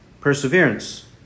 perseverance